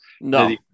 No